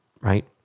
Right